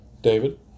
David